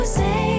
say